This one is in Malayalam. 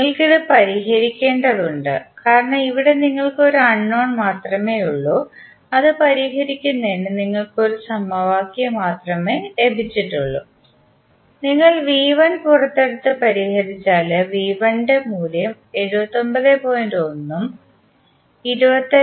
നിങ്ങൾക്കത് പരിഹരിക്കേണ്ടതുണ്ട് കാരണം ഇവിടെ നിങ്ങൾക്ക് ഒരു അൺനോൺ മാത്രമേ ഉള്ളൂ അത് പരിഹരിക്കുന്നതിന് നിങ്ങൾക്ക് ഒരു സമവാക്യം മാത്രമേ ലഭിച്ചിട്ടുള്ളൂ നിങ്ങൾ വി 1 പുറത്തെടുത്ത് പരിഹരിച്ചാൽ ന്റെ മൂല്യം 79